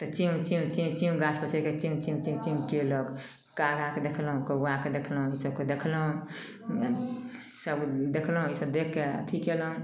तऽ चूँ चूँ चूँ चूँ गाछपर चढ़िकऽ चूँ चूँ चूँ चूँ कएलक काराके देखलहुँ कौआके देखलहुँ ईसबके देखलहुँ ईसब देखलहुँ ईसब देखिके अथी कएलहुँ